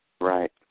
Right